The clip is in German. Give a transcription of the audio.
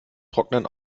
trocknen